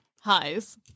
Highs